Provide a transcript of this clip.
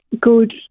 good